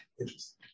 Interesting